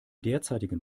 derzeitigen